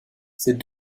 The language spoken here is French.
ces